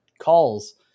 calls